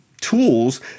tools